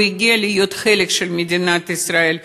הוא הגיע כדי להיות חלק של מדינת ישראל,